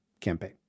campaign